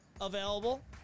available